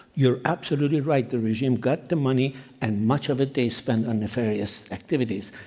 you're absolutely right, the regime got the money and much of it they spent on nefarious activities.